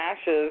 ashes